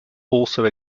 also